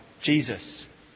Jesus